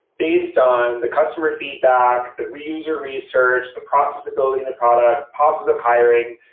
based on the customer feedback, and the user research, the process of building the product, process of hiring,